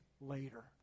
later